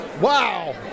wow